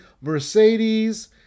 Mercedes